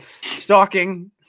stalking